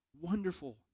Wonderful